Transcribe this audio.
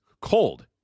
Cold